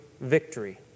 victory